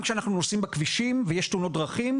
גם כשאנחנו נוסעים בכבישים ויש תאונות דרכים,